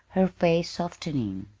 her face softening.